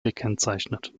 gekennzeichnet